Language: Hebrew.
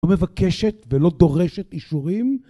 לא מבקשת ולא דורשת אישורים